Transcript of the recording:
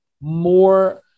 more